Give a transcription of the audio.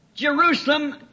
Jerusalem